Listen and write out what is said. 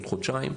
עוד חודשיים,